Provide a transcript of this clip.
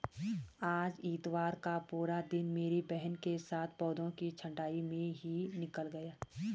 आज इतवार का पूरा दिन मेरी बहन के साथ पौधों की छंटाई में ही निकल गया